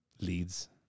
leads